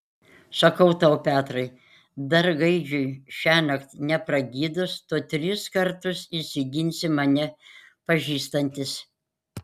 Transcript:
sakau tau petrai dar gaidžiui šiąnakt nepragydus tu tris kartus išsiginsi mane pažįstantis